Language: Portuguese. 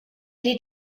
ele